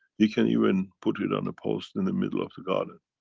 you can even put it on a post, in the middle of the garden.